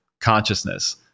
consciousness